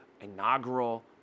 inaugural